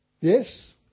Yes